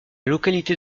localité